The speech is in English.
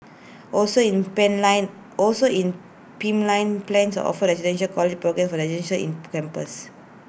also in pipeline also in pipeline plans are offer the residential college programmes for residences in campus